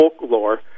folklore